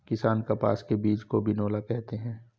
किसान कपास के बीज को बिनौला कहते है